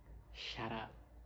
shut up